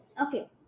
Okay